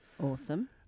Awesome